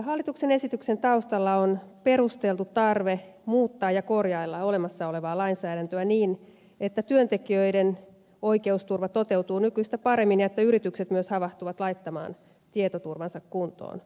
hallituksen esityksen taustalla on perusteltu tarve muuttaa ja korjailla olevassa olevaa lainsäädäntöä niin että työntekijöiden oikeusturva toteutuu nykyistä paremmin ja että yritykset myös havahtuvat laittamaan tietoturvansa kuntoon